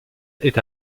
est